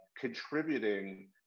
contributing